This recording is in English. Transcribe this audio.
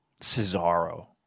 Cesaro